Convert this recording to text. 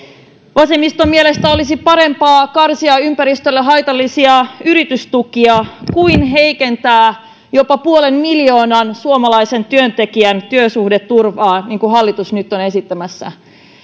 vasemmiston mielestä olisi parempi karsia ympäristölle haitallisia yritystukia kuin heikentää jopa puolen miljoonan suomalaisen työntekijän työsuhdeturvaa niin kuin hallitus nyt on esittämässä